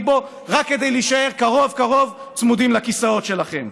בו רק כדי להישאר צמודים קרוב קרוב לכיסאות שלכם,